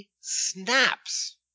snaps